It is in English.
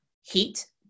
heat